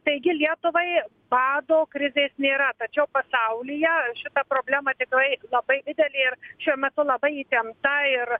taigi lietuvai bado krizės nėra tačiau pasaulyje šita problema tikrai labai didelė ir šiuo metu labai įtempta ir